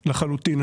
לחלוטין.